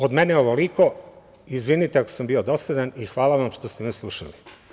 Od mene ovoliko, izvinite ako sam bio dosadan i hvala vam što ste me slušali.